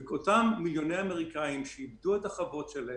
ואותם מיליוני אמריקאים שאיבדו את החוות שלהם,